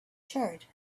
charred